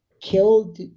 killed